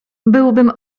byłbym